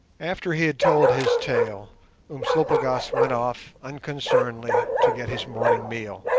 after he had told his tale umslopogaas went off unconcernedly to get his morning meal,